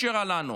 השאירה לנו.